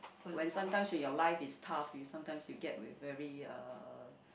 when sometimes in your life is tough you sometimes will get a very uh uh